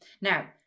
now